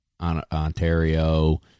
Ontario